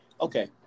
Okay